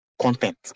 content